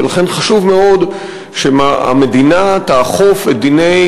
ולכן חשוב מאוד שהמדינה תאכוף את דיני